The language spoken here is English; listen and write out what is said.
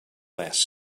last